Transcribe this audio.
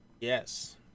Yes